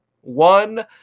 one